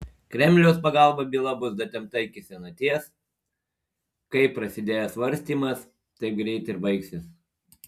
kremliaus pagalba byla bus datempta iki senaties kaip prasidėjo svarstymas taip greit ir baigsis